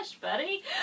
buddy